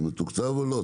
זה מתוקצב או לא,